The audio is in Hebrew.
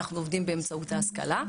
אנחנו עובדים באמצעות ההשכלה,